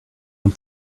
and